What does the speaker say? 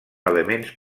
elements